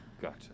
Gotcha